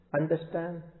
understand